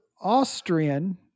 Austrian